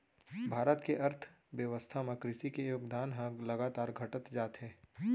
भारत के अर्थबेवस्था म कृसि के योगदान ह लगातार घटत जात हे